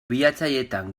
bilatzaileetan